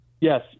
yes